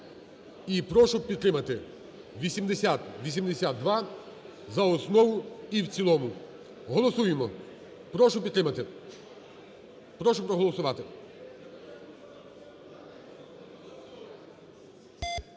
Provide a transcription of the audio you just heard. і прошу підтримати 8082 за основу, і в цілому, голосуємо. Прошу підтримати, прошу проголосувати.